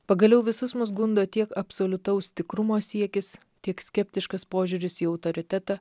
pagaliau visus mus gundo tiek absoliutaus tikrumo siekis tiek skeptiškas požiūris į autoritetą